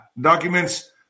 documents